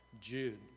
Jude